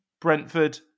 Brentford